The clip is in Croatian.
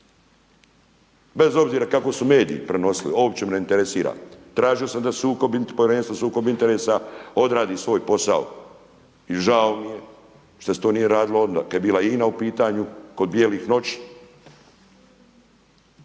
bez obzira kako su mediji prenosili uopće me ne interesira. Tražio sam da Povjerenstvo za sukob interesa odradi svoj posao i žao mi je što se to nije radilo onda kada je bila INA u pitanju kod „bijelih noći“,